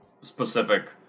specific